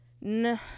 No